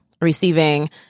receiving